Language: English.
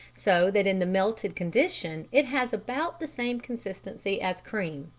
so that in the melted condition it has about the same consistency as cream.